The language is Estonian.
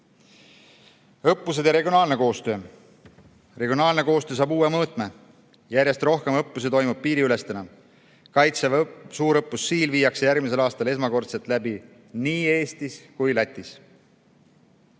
õppused ja regionaalne koostöö. Regionaalne koostöö saab uue mõõtme, järjest rohkem õppusi toimub piiriülesena. Kaitseväe suurõppus Siil viiakse järgmisel aastal esmakordselt läbi nii Eestis kui ka Lätis.